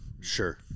sure